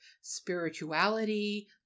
spirituality